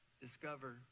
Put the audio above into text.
discover